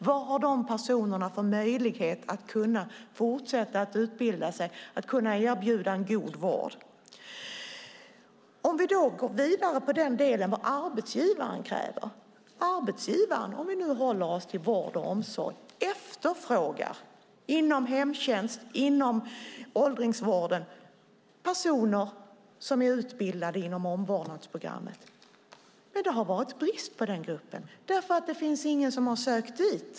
Vad har de personerna för möjlighet att fortsätta att utbilda sig och att erbjuda en god vård? Vi kan då gå vidare i den delen och tala om vad arbetsgivaren kräver. Arbetsgivaren, om vi nu håller oss till vård och omsorg, efterfrågar inom hemtjänst och inom åldringsvård personer som är utbildade inom omvårdnadsprogrammet. Men det har varit brist på sådana personer, för det finns ingen som har sökt dit.